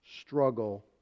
struggle